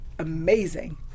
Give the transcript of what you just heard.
Amazing